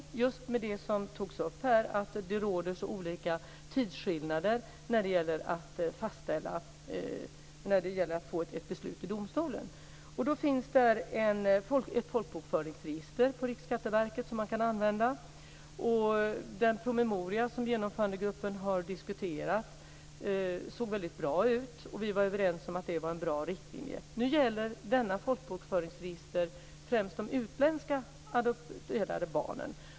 Det gäller just det som togs upp här, nämligen att det är så stora tidsskillnader vad beträffar att få ett beslut i domstolen. Det finns ett folkbokföringsregister på Riksskatteverket som man kan använda. Den promemoria som Genomförandegruppen har diskuterat såg väldigt bra ut, och vi var överens om att det var bra riktlinjer. Nu gäller detta folkbokföringsregister främst de utländska adopterade barnen.